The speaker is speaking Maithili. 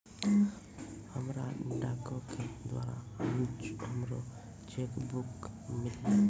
हमरा डाको के द्वारा हमरो चेक बुक मिललै